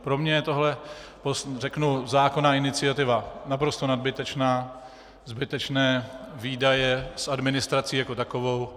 Pro mě je tohle, řeknu, zákonná iniciativa naprosto nadbytečná, zbytečné výdaje s administrací jako takovou.